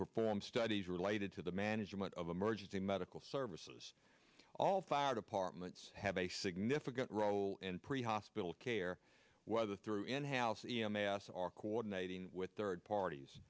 perform studies related to the management of emergency medical services all fire departments have a significant role in pre hospital care whether through in house c m s or coordinating with third parties